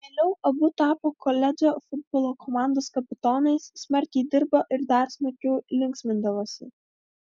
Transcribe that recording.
vėliau abu tapo koledžo futbolo komandos kapitonais smarkiai dirbo ir dar smarkiau linksmindavosi